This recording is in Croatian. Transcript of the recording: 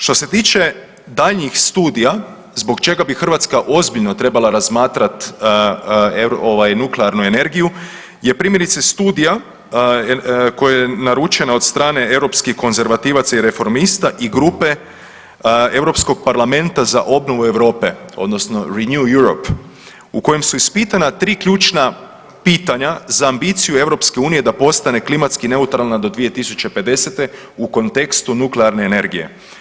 Što se tiče daljnjih studija zbog čega bi Hrvatska ozbiljno trebala razmatrati ovaj nuklearnu energiju je primjerice studija koja je naručena od strane europskih konzervativaca i reformista i grupe Europskog parlamenta za obnovu Europe odnosno Renew Europe u kojem su ispitana 3 ključna pitanja za ambiciju EU da postane klimatska neutralna do 2050. u kontekstu nuklearne energije.